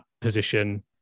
position